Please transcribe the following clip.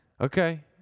Okay